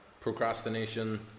procrastination